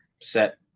set